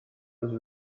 was